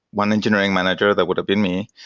one engineering manager, that would have been me,